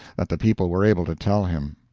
that the people were able to tell him.